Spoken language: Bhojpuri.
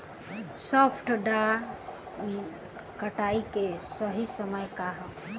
सॉफ्ट डॉ कटाई के सही समय का ह?